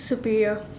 superior